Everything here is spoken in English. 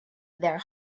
their